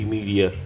Media